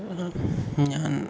ഞാൻ